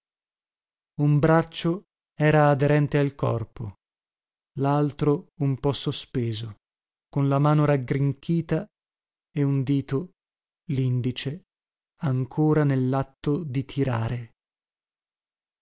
un braccio era aderente al corpo laltro un po sospeso con la mano raggrinchiata e un dito lindice ancora nellatto di tirare